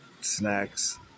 snacks